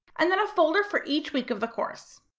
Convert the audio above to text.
and then a folder for each week of the course.